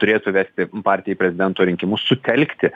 turėtų vesti partiją į prezidento rinkimus sutelkti